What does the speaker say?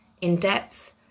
in-depth